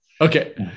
okay